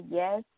yes